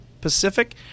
Pacific